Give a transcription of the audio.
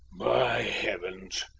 by heavens!